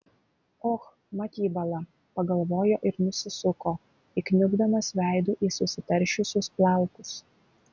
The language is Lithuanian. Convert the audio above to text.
och mat jį bala pagalvojo ir nusisuko įkniubdamas veidu į susitaršiusius plaukus